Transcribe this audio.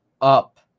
up